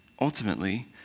ultimately